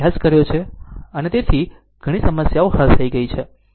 અને તેથી ઘણી સમસ્યાઓ હલ થઈ ગઈ છે